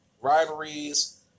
rivalries